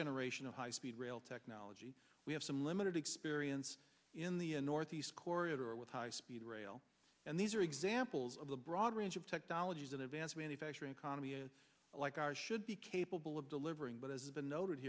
generation of high speed rail technology we have some limited experience in the northeast corridor with high speed rail and these are examples of the broad range of technologies an advanced manufacturing economy is like ours should be capable of delivering but as has been noted